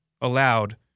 allowed